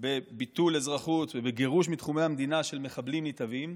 בביטול אזרחות ובגירוש מתחומי המדינה של מחבלים נתעבים,